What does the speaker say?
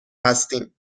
هستیم